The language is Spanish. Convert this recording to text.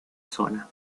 zona